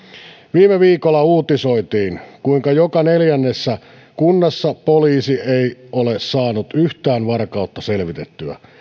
viime viikolla uutisoitiin kuinka joka neljännessä kunnassa poliisi ei ole saanut yhtään varkautta selvitettyä